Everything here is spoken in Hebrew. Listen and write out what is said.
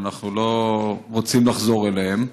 שאנחנו לא רוצים לחזור אליהם.